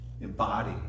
embody